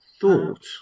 thought